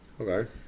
Okay